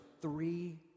three